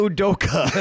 Udoka